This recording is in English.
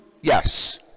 Yes